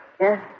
Yes